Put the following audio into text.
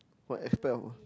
what expel